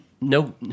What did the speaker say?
no